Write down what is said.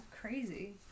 crazy